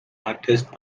artist